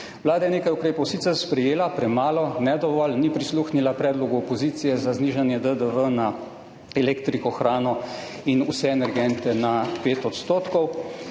Vlada je nekaj ukrepov sicer sprejela, premalo, ne dovolj, ni prisluhnila predlogu opozicije za znižanje DDV na elektriko, hrano in vse energente na 5 odstotkov.